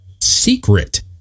secret